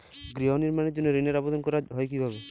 গৃহ নির্মাণের জন্য ঋণের আবেদন করা হয় কিভাবে?